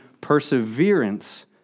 perseverance